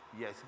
Yes